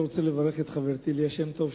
אני רוצה לברך את חברתי ליה שמטוב,